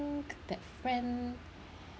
~ink that friend